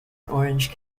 orange